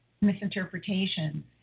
misinterpretations